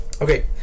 Okay